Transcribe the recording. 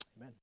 Amen